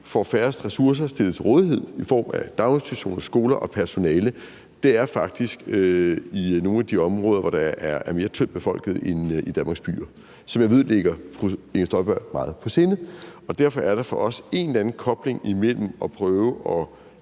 færrest ressourcer til rådighed i form af daginstitutioner, skoler og personale, faktisk er i nogle af de områder, hvor der er mere tyndt befolket end i Danmarks byer, hvilket jeg ved ligger fru Inger Støjberg meget på sinde. Derfor er der for os en eller anden kobling imellem at prøve at